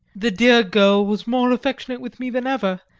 the dear girl was more affectionate with me than ever,